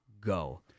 Go